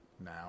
now